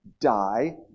Die